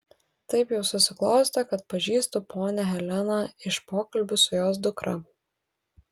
taip jau susiklostė kad pažįstu ponią heleną iš pokalbių su jos dukra